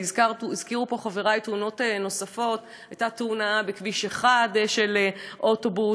והזכירו פה חברי תאונות דרכים נוספות: הייתה תאונה בכביש 1 של אוטובוס.